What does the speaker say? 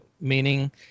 meaning